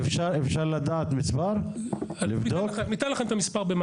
פועלים ומסייעים ככל שניתן בשת"פ שלנו לרשות